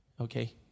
Okay